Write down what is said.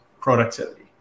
productivity